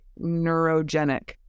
neurogenic